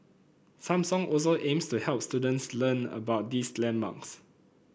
Samsung also aims to help students learn about these landmarks